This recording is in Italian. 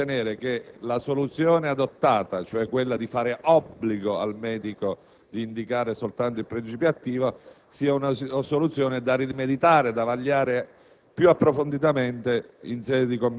un esame più approfondito ci ha fatto ritenere che la soluzione adottata, quella di fare obbligo al medico di indicare soltanto il principio attivo, sia da meditare e vagliare